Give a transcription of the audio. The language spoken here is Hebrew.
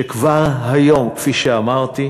שכבר היום, כפי שאמרתי,